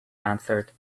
answered